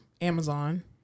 Amazon